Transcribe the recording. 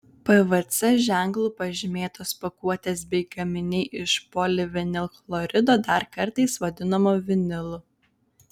pvc ženklu pažymėtos pakuotės bei gaminiai iš polivinilchlorido dar kartais vadinamo vinilu